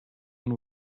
und